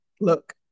look